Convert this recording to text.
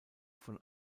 von